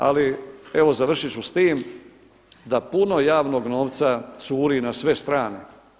Ali, evo završiti ću s time da puno javnog novca curi na sve strane.